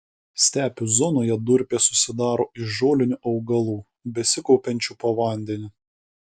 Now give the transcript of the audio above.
stepių zonoje durpės susidaro iš žolinių augalų besikaupiančių po vandeniu